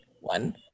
one